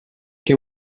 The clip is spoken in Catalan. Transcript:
què